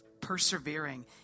persevering